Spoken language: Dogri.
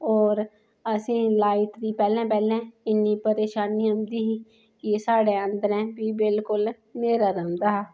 होर असें लाइट दी पैह्लें पैह्लें इन्नी परेशानी औंदी ही कि साढ़ै अंदरैं फ्ही बिलकुल न्हेरा रौंह्दा हा